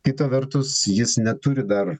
kita vertus jis neturi dar